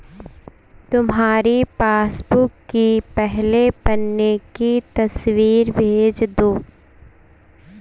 तुम्हारी पासबुक की पहले पन्ने की तस्वीर भेज दो